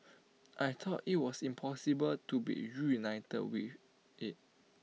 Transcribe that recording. I thought IT was impossible to be reunited with IT